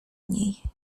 niej